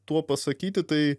tuo pasakyti tai